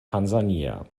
tansania